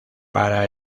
para